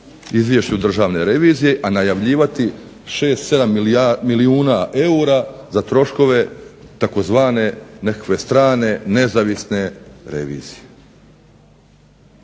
Izvješću državne revizije a najavljivati 6, 7 milijuna eura za troškove tzv. nekakve strane, nezavisne revizije.